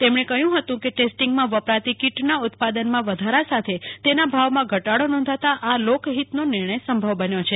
તેમણે કહ્યું હતું કે ટેસ્ટિંગમાં વપરાતી કીટના ઉત્પાદનમાં વધારા સાથે તેના ભાવમાં ઘટાડી નોંધાતા આવી લોક હિતનો નિર્ણય સંભવ બન્યો છે